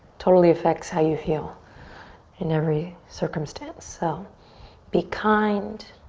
totally affects how you feel in every circumstance. so be kind,